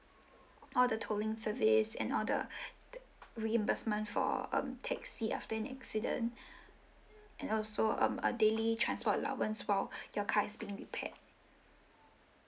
all the tolling service and all the the reimbursement for um taxi after an accident and also um a daily transport allowance for your car is being repaired